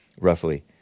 roughly